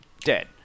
dead